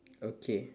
okay